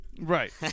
Right